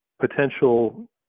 potential